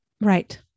right